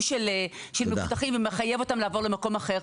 של מבוטחים ומחייב אותם לעבור למקום אחר.